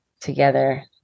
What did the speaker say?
together